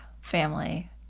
family